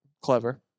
Clever